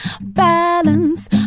balance